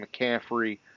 McCaffrey